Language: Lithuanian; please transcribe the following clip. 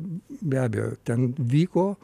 be abejo ten vyko